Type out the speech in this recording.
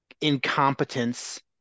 incompetence